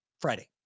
Friday